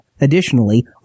Additionally